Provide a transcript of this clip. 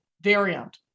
variant